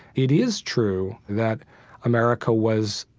it is true that america was,